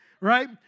Right